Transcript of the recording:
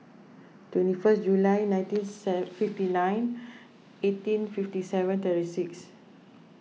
twenty first July nineteen fifty nine eighteen fifty seven thirty six